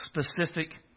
specific